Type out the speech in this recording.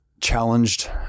challenged